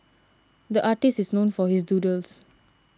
the artist is known for his doodles